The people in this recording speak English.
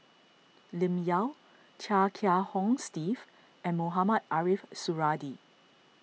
Lim Yau Chia Kiah Hong Steve and Mohamed Ariff Suradi